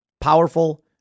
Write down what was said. powerful